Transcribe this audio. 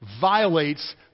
violates